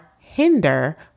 hinder